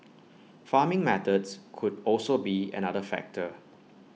farming methods could also be another factor